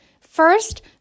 First